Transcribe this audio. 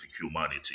humanity